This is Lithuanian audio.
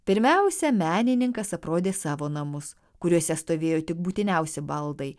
pirmiausia menininkas aprodė savo namus kuriuose stovėjo tik būtiniausi baldai